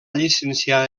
llicenciar